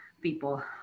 people